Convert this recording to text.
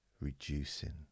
reducing